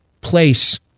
place